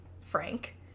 Frank